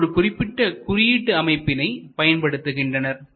அவர்கள் ஒரு குறிப்பிட்ட குறியீட்டு அமைப்பினை பயன்படுத்துகின்றனர்